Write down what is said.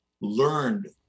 learned